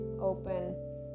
open